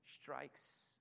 strikes